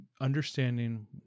Understanding